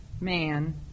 man